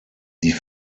die